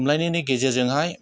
खमलायनायनि गेजेरजोंहाय